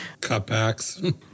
cutbacks